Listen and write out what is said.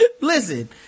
Listen